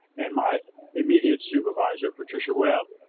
and my immediate supervisor, patricia web,